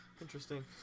Interesting